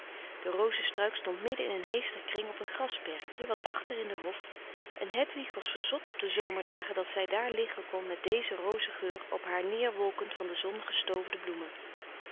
de roze struik stond midden in een heesterkring op een grasperkje wat achter in den hof en hedwig was verzot op de zomerdagen dat zij daar liggen kon met dezen rozegeur op haar néérwolkend van de zon gestoofde bloemen